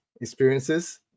experiences